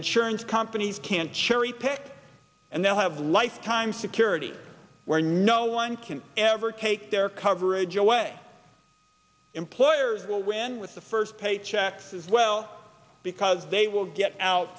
insurance companies can't cherry pick and they'll have lifetime security where no one can ever take their coverage away employers will win with the first paychecks as well because they will get out